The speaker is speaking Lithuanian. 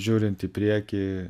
žiūrint į priekį